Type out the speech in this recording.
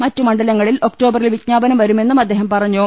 മറ്റു മണ്ഡലങ്ങളിൽ ഒക്ടോബറിൽ വിജ്ഞാപനം വരുമെന്നും അദ്ദേഹം പറഞ്ഞു